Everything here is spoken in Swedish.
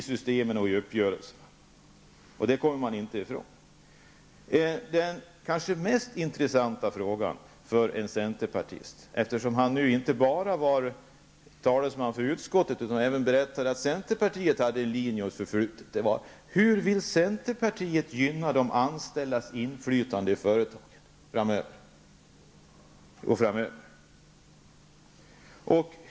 Den kanske mest intressanta frågan för en centerpartist -- Per-Ola Eriksson var ju inte bara talesman för utskottet utan berättade även att centerpartiet har en linje och ett förflutet i detta sammanhang -- är följande: Hur vill centerpartiet gynna de anställdas inflytande i företagen framöver?